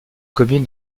commune